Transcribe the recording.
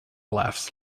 laughs